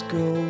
go